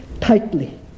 tightly